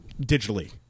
digitally